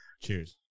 cheers